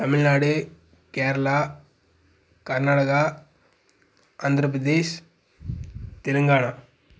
Tamil Nadu Kerala Karnataka Andhra Pradesh Telangana